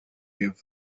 level